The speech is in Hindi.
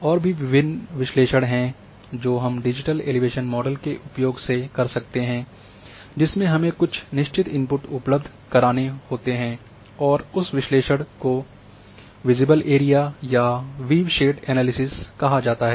और भी विभिन्न विश्लेषण हैं जो हम डिजिटल एलिवेशन मॉडल के उपयोग से कर सकते हैं जिसमें हमें कुछ निश्चित इनपुट उपलब्ध करने होते हैं और उस विश्लेषण को विसिबल एरीया या वीव शेड एनालिसिस कहा जाता है